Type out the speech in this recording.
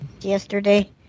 yesterday